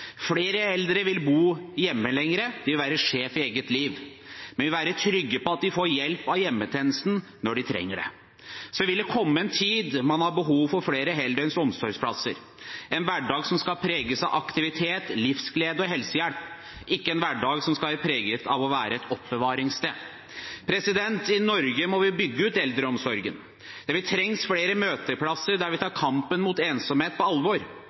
Flere eldre vil bo hjemme lenger, de vil være sjef i eget liv, men vil være trygge på at de får hjelp av hjemmetjenesten når de trenger det. Så vil det komme en tid da man har behov for flere heldøgns omsorgsplasser, en hverdag som skal preges av aktivitet, livsglede og helsehjelp, ikke en hverdag som skal være preget av å være et oppbevaringssted. I Norge må vi bygge ut eldreomsorgen. Det vil trenges flere møteplasser der vi tar kampen mot ensomhet på alvor,